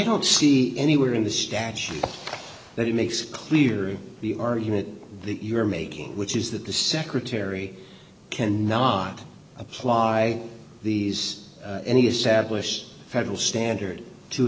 don't see anywhere in the statute that makes clear the argument that you're making which is that the secretary can not apply these any established federal standard to